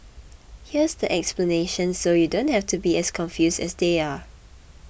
here's the explanation so you don't have to be as confused as they are